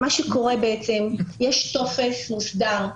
יש טופס מוסדר,